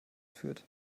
führt